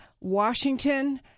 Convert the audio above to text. Washington